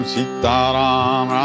Sitaram